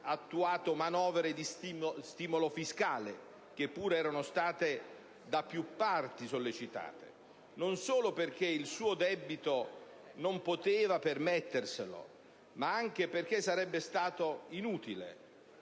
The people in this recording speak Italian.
attuato manovre di stimolo fiscale, che pur erano state da più parti sollecitate, non solo perché con il suo debito non poteva permetterselo ma anche perché sarebbe stato inutile